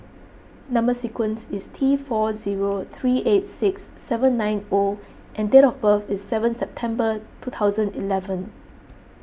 Number Sequence is T four zero three eight six seven nine O and date of birth is seven September two thousand eleven